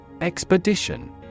Expedition